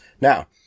Now